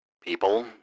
people